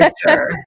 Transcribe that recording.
sure